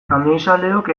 kamioizaleok